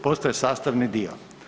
Postaje sastavni dio.